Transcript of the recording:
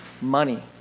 money